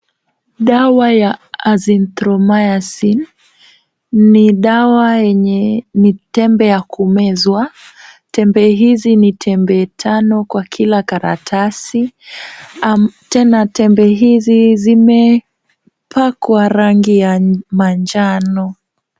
Dawa ya Azithromycin ni dawa yenye tembe ya kumezwa. Tembe hizi ni tembe tano kwa kila karatasi, tena tembe hizi zimepakwa rangi ya manjano.